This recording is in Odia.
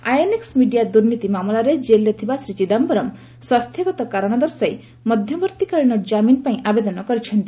ଆଇଏନ୍ଏକ୍ ମିଡିଆ ଦୁର୍ନୀତି ମାମଲାରେ ଜେଲ୍ରେ ଥିବା ଶ୍ରୀ ଚିଦାୟରମ୍ ସ୍ୱାସ୍ଥ୍ୟଗତ କାରଣ ଦର୍ଶାଇ ମଧ୍ୟବର୍ତ୍ତୀକାଳୀନ କାମିନ୍ ପାଇଁ ଆବେଦନ କରିଛନ୍ତି